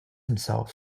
himself